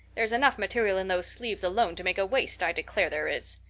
there's enough material in those sleeves alone to make a waist, i declare there is.